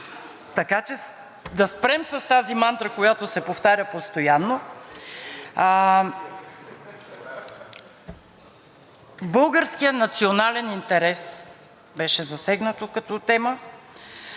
Българският национален интерес беше засегнат като тема, да се помогне на жертвата на агресията. Аз казах: ние осъдихме тази война,